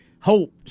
Hope